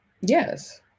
Yes